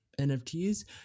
NFTs